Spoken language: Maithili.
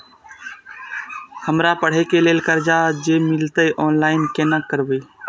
हमरा पढ़े के लेल कर्जा जे मिलते ऑनलाइन केना करबे?